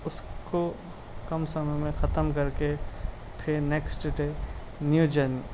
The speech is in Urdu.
اُس کو کم سمعے میں ختم کر کے پھر نیکسٹ ڈے نیو جرنی